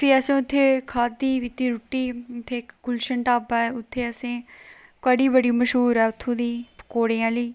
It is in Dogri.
भी असें उत्थै खाद्धी पीती रुट्टी ते उत्थै इक गुलशन ढाबा ऐ उत्थै असें कढ़ी बड़ी मश्हूर ऐ उत्थूं दी पकोड़ें आह्ली